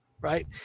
right